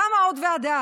קמה עוד ועדה.